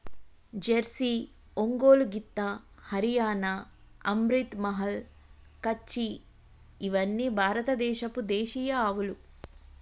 Jersey, Ongole గిత్త, హరియాణా, అమ్రిత్ మహల్, కచ్చి ఇవ్వని భారత దేశపు దేశీయ ఆవులు